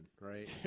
right